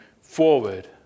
forward